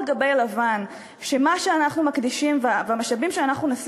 גבי לבן שמה שאנחנו מקדישים והמשאבים שאנחנו נשים